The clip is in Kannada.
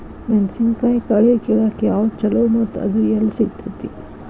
ಮೆಣಸಿನಕಾಯಿ ಕಳೆ ಕಿಳಾಕ್ ಯಾವ್ದು ಛಲೋ ಮತ್ತು ಅದು ಎಲ್ಲಿ ಸಿಗತೇತಿ?